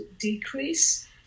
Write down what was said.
decrease